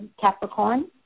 Capricorn